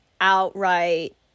outright